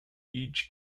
each